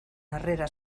harrera